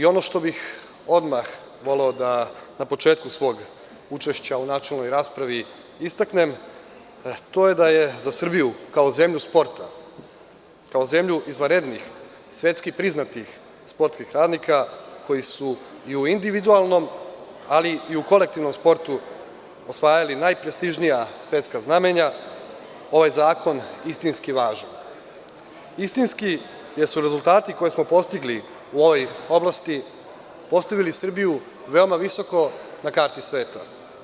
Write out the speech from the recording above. Ono što bih odmah na početku svog učešća u načelnoj raspravi voleo da istaknem to je da je za Srbiju kao zemlju sporta, kao zemlju izvanrednih svetski priznatih sportskih radnika koji su i u individualnom, ali i u kolektivnom sportu osvajali najprestižnija svetska znamenja, ovaj zakon istinski važan, istinski, jer su rezultati koje smo postigli u ovoj oblasti postavili Srbiju veoma visoko na karti sveta.